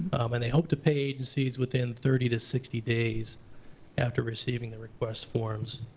and they hope to pay agencies within thirty to sixty days after receiving the request forms.